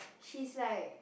she's like